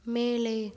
மேலே